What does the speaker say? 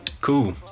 Cool